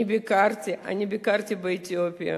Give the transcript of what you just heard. אני ביקרתי באתיופיה,